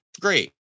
great